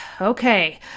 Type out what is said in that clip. Okay